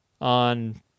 on